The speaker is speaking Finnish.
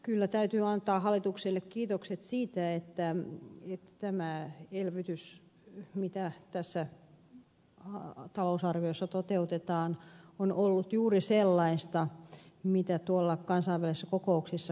kyllä täytyy antaa hallitukselle kiitokset siitä että tämä elvytys mitä tässä talousarviossa toteutetaan on ollut juuri sellaista mitä on puhuttu kansainvälisissä kokouksissa